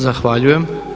Zahvaljujem.